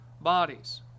bodies